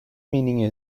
meaning